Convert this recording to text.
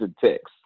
text